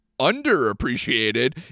underappreciated